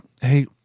hey